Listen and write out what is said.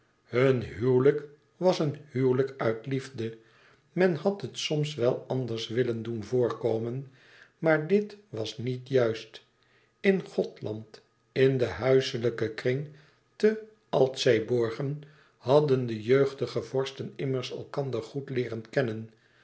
hun huwelijk was een huwelijk uit liefde men had het soms wel anders willen doen voorkomen maar dit was niet juist in gothland in den huiselijken kring te altseeborgen hadden de jeugdige vorsten immers elkander goed leeren kennen